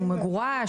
הוא מגורש?